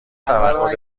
توقع